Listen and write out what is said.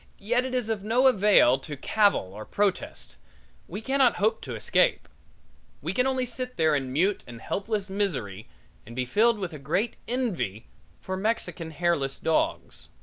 yet it is of no avail to cavil or protest we cannot hope to escape we can only sit there in mute and helpless misery and be filled with a great envy for mexican hairless dogs.